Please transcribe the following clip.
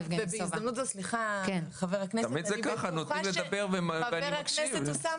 יעל רון בן משה (כחול לבן): אני בטוחה שחבר הכנסת אוסאמה